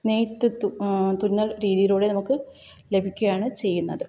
നെയ്ത് തുന്നൽ രീതിയിലൂടെ നമുക്ക് ലഭിക്കുകയാണ് ചെയ്യുന്നത്